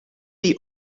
die